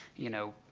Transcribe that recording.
you know,